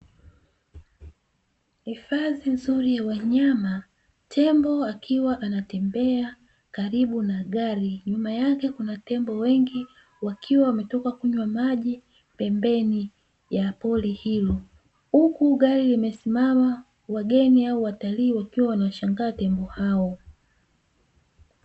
Hifadhi nzuri ya wanyama tembo akiwa anatembea karibu na gari, nyuma yake kuna tembo wengi wakiwa wametoka kunywa maji, pembeni ya pori hilo; huku gari likiwa limesimama wageni au watalii wakiwa wanawashangaa tembo hawo.